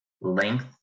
length